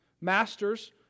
Masters